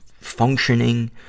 functioning